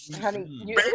Honey